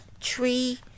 tree